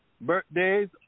birthdays